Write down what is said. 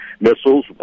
missiles